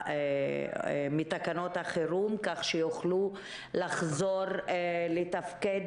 ועו"סיות מתקנות החירום, כך שיוכלו לחזור לתפקד.